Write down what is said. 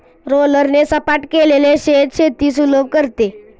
रोलरने सपाट केलेले शेत शेती सुलभ करते